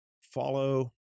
follow